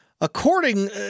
According